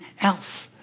else